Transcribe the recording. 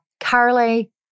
Carly